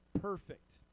perfect